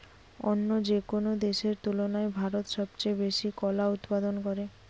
অন্য যেকোনো দেশের তুলনায় ভারত সবচেয়ে বেশি কলা উৎপাদন করে